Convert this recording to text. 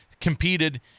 competed